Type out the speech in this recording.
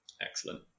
Excellent